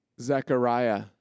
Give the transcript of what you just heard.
Zechariah